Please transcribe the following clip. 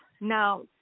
Now